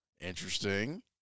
Interesting